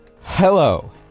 Hello